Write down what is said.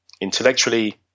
intellectually